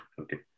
Okay